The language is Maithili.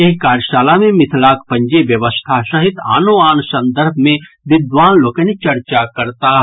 एहि कार्यशाला मे मिथिलाक पंजी व्यवस्था सहित आनो आन संदर्भ मे विद्वान लोकनि चर्चा करताह